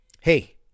hey